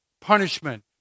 punishment